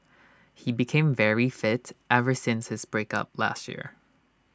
he became very fit ever since his break up last year